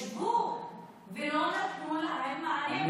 ישבו ולא נתנו להם מענה,